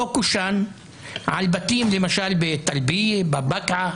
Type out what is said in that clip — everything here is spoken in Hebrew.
אותו קושאן על בתים בטלביה או בבקעה,